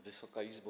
Wysoka Izbo!